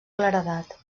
claredat